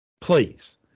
Please